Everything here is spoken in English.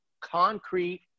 concrete